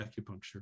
acupuncture